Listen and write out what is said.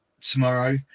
tomorrow